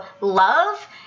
love